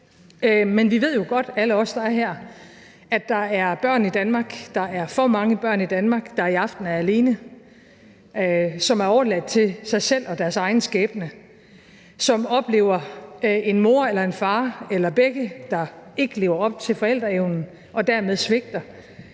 men vi ved jo godt, alle os, der er her, at der er børn i Danmark, at der er for mange børn i Danmark, der i aften er alene, som er overladt til sig selv og deres egen skæbne, som oplever en mor eller en far eller begge, der ikke lever op til forældreevnen og dermed svigter,